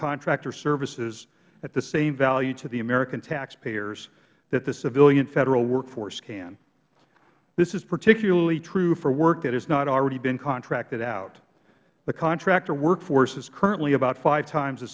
contractor services at the same value to the american taxpayers that the civilian federal workforce can this is particularly true for work that is has not already been contracted out the contractor workforce is currently about five times the